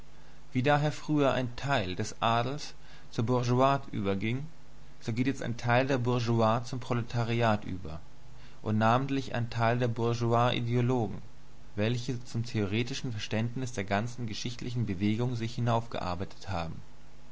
wie daher früher ein teil des adels zur bourgeoisie überging so geht jetzt ein teil der bourgeoisie zum proletariat über und namentlich ein teil dieser bourgeoisideologen welche zum theoretischen verständnis der ganzen geschichtlichen bewegung sich hinaufgearbeitet haben